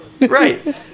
Right